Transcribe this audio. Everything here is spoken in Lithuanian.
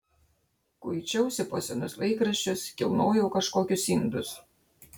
kuičiausi po senus laikraščius kilnojau kažkokius indus